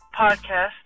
podcast